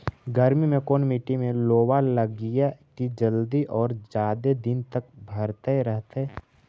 गर्मी में कोन मट्टी में लोबा लगियै कि जल्दी और जादे दिन तक भरतै रहतै?